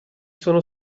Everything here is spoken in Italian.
sono